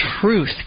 truth